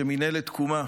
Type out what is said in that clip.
שמינהלת תקומה